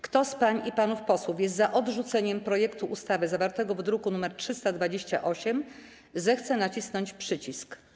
Kto z pań i panów posłów jest za odrzuceniem projektu ustawy zawartego w druku nr 328, zechce nacisnąć przycisk.